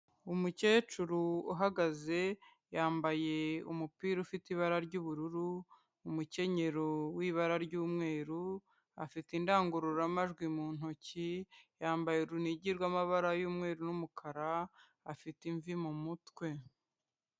Umukecuru uhagaze yambaye umupira ufite ibara ry'ubururu, umukenyero w'ibara ry'umweru, afite indangururamajwi mu ntoki, yambaye urunigi rw'amabara y'umweru n'umukara afite imvi mu mutwe.